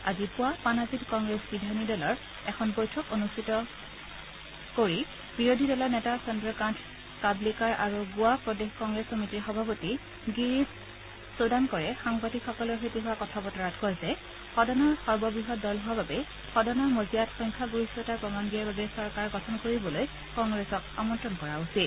আজি পুৱা পানাজীত কংগ্ৰেছ বিধায়িনী দলৰ এখন বৈঠক অনুষ্ঠিত বিৰোধী দলৰ নেতা চন্দ্ৰকান্ত কাবলেকাৰ আৰু গোৱা প্ৰদেশ কংগ্ৰেছ সমিতিৰ সভাপতি গিৰিশ চোদানকৰে সাংবাদিকসকলৰ সৈতে হোৱা কথা বতৰাত কয় যে সদনৰ সৰ্ববৃহৎ দল হোৱা বাবে সদনৰ মজিয়াত সংখ্যাগৰিষ্ঠতাৰ প্ৰমাণ দিয়াৰ বাবে চৰকাৰ গঠন কৰিবলৈ কংগ্ৰেছক আমন্ত্ৰণ কৰা উচিত